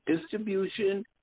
distribution